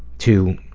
to